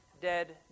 dead